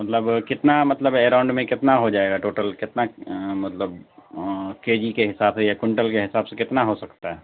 مطلب کتنا مطلب اراؤنڈ میں کتنا ہو جائے گا ٹوٹل کتنا مطلب کے جی کے حساب سے یا کونٹل کے حساب سے کتنا ہو سکتا ہے